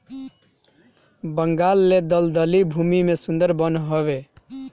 बंगाल ले दलदली भूमि में सुंदर वन हवे